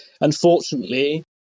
unfortunately